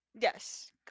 Yes